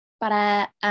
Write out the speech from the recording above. Para